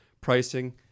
pricing